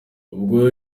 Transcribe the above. ubwo